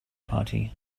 party